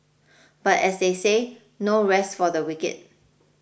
but as they say no rest for the wicked